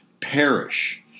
perish